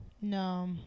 No